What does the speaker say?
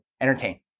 entertain